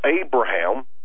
Abraham